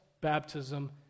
baptism